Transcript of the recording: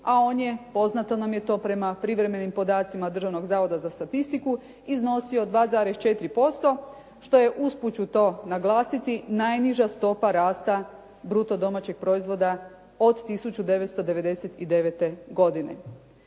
a on je poznato nam je to prema privremenim podacima Državnog zavoda za statistiku iznosio 2,4% što je usput ću to naglasiti najniža stopa rasta bruto domaćeg proizvoda od 1999. godine.